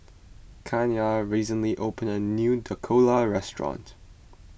Kianna recently opened a new Dhokla restaurant